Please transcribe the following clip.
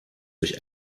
durch